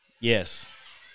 Yes